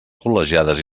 col·legiades